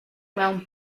mewn